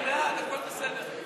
אני בעד, הכול בסדר.